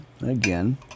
again